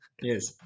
Yes